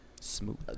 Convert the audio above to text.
smooth